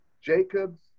Jacobs